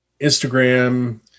Instagram